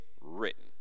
written